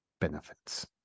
benefits